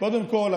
קודם כול,